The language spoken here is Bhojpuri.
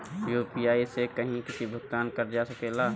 यू.पी.आई से कहीं भी भुगतान कर जा सकेला?